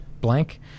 Blank